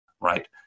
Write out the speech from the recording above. right